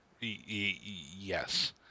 Yes